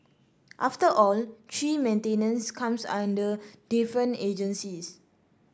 after all tree maintenance comes under different agencies